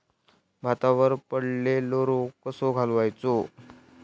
भातावर पडलेलो रोग कसो घालवायचो?